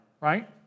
right